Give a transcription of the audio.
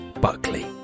Buckley